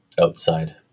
outside